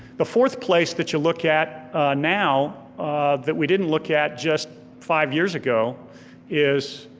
the fourth place that you look at now that we didn't look at just five years ago is